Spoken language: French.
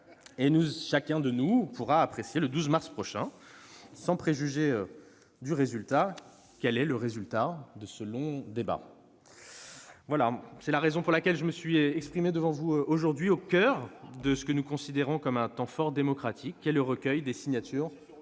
! Chacun de nous pourra apprécier le 12 mars prochain, sans en préjuger, le résultat de ce long débat. C'est la raison pour laquelle je me suis exprimé devant vous aujourd'hui, au coeur de ce que nous considérons comme un temps fort démocratique, à savoir le recueil des signatures de ce